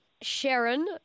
Sharon